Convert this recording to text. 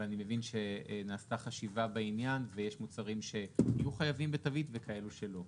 ואני מבין שנעשתה חשיבה בעניין ויש מוצרים יהיו חייבים וכאלו שלא.